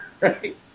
right